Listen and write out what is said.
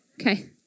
Okay